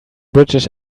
british